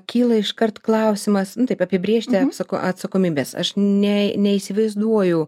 kyla iškart klausimas taip apibrėžti apso atsakomybes aš ne neįsivaizduoju